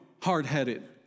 hard-headed